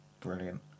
brilliant